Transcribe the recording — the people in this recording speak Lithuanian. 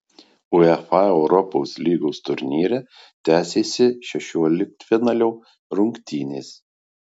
uefa europos lygos turnyre tęsėsi šešioliktfinalio rungtynės